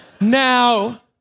Now